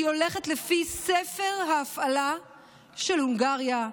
היא הולכת לפי ספר ההפעלה של הונגריה,